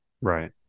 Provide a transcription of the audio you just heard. right